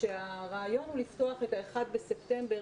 כשהרעיון הוא לפתוח את ה-1 בספטמבר,